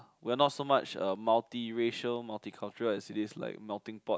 we are not so much a multi racial multi cultural as it is like melting pot